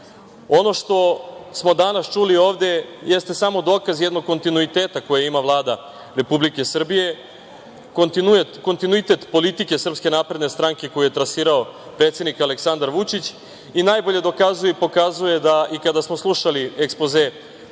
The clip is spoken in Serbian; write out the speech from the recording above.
što smo danas čuli ovde jeste samo dokaz jednog kontinuiteta koji ima Vlada Republike Srbije, kontinuitet politike SNS koju je trasirao predsednik Aleksandar Vučić i najbolje dokazuje i pokazuje da i kada smo slušali ekspoze